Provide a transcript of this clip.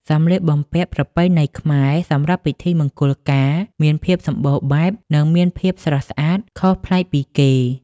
សម្លៀកបំពាក់ប្រពៃណីខ្មែរសម្រាប់ពិធីមង្គលការមានភាពសម្បូរបែប និងមានភាពស្រស់ស្អាតខុសប្លែកពីគេ ។